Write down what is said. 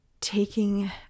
taking